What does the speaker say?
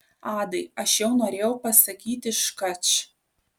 adai aš jau norėjau pasakyti škač